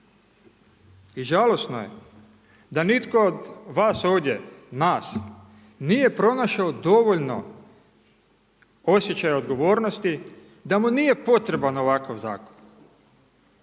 I žalosno je da nitko od vas ovdje, nas, nije pronašao dovoljno osjećaja odgovornosti da mu nije potreban ovakav zakon.